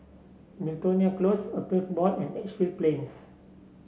Miltonia Close Appeals Board and Edgefield Plains